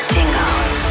Jingles